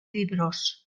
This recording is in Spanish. libros